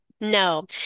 no